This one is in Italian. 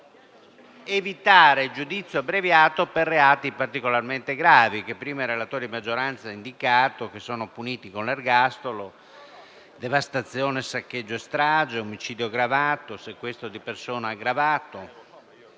di evitare il giudizio abbreviato per reati particolarmente gravi, che poco fa il relatore di maggioranza ha indicato e sono puniti con l'ergastolo, come devastazione, saccheggio, strage, omicidio aggravato o sequestro di persona aggravato.